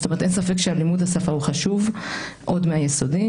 אין ספק שלימוד השפה הוא חשוב עוד מהיסודי,